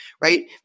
right